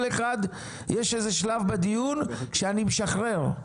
יש איזה שלב בדיון שאני משחרר,